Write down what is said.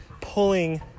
pulling